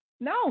no